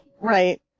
Right